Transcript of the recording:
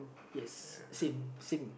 yes same same